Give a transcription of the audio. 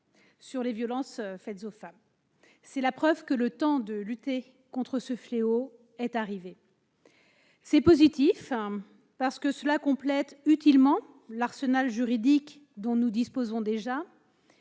sur les violences faites aux femmes. C'est la preuve que le temps de lutter contre ce fléau est arrivé. C'est positif, parce que cela complète utilement l'arsenal juridique dont nous disposons déjà,